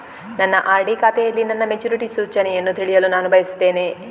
ನನ್ನ ಆರ್.ಡಿ ಖಾತೆಯಲ್ಲಿ ನನ್ನ ಮೆಚುರಿಟಿ ಸೂಚನೆಯನ್ನು ತಿಳಿಯಲು ನಾನು ಬಯಸ್ತೆನೆ